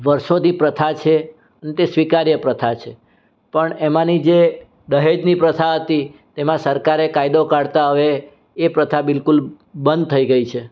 વર્ષોથી પ્રથા છે અને તે સ્વીકાર્ય પ્રથા છે પણ એમાંની જે દહેજની પ્રથા હતી તેમાં સરકારે કાયદો કાઢતા હવે એ પ્રથા હવે બિલકુલ બંધ થઈ ગઈ છે